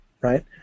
right